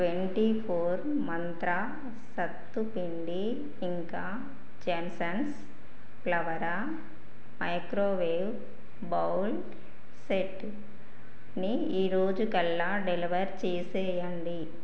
twenty four Mantra సత్తు పిండి ఇంకా జెన్సన్స్ ఫ్లోరా మైక్రోవేవ్ బౌల్ సెట్ని ఈరోజుకల్లా డెలివర్ చేసేయండి